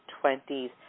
twenties